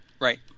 Right